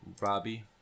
Robbie